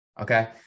okay